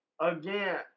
Again